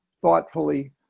thoughtfully